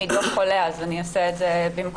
עידו חולה ואני כאן במקומו.